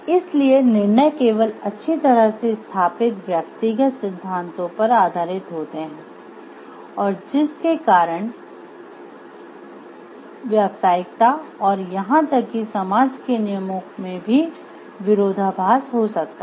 इसलिए निर्णय केवल अच्छी तरह से स्थापित व्यक्तिगत सिद्धांतों पर आधारित होते हैं और जिस के कारण व्यावसायिकता और यहां तक कि समाज के नियमों में भी विरोधाभास हो सकता है